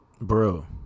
bro